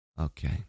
Okay